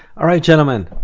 all right, gentlemen.